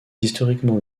historiquement